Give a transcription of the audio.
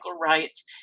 rights